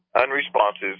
unresponsive